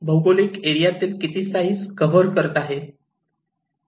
भौगोलिक एरियातील किती साईझ कव्हर करत आहे